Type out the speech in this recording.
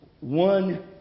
one